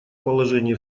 положении